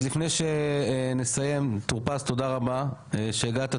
אז לפני שנסיים טור פז תודה רבה שהגעת,